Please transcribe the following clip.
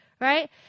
Right